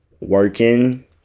working